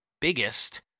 biggest